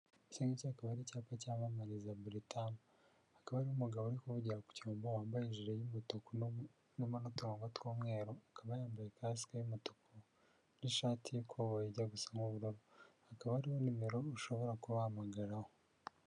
Iki ngiki akaba ari cyaba cy'amamariza buritamu. Akaba hariho umugabo uri kuvugira ku cyombo, wambaye ijire y'umutuku irimo n'uturongo tw'umweru, akaba yambaye kasike y'umutuku n'ishati y'ikoboyi ijya gusa nk'ubururu. Hakaba hari nimero ushobora kuba wahamagararaho.